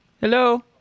Hello